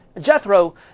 Jethro